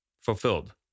fulfilled